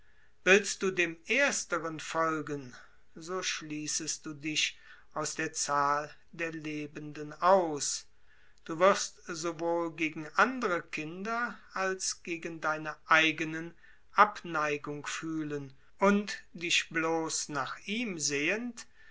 willst du dem ersteren folgen so schließest du dich aus der zahl der lebenden aus du wirst sowohl gegen andere kinder als gegen deine eigenen abneigung fühlen und dich nach ihm sehend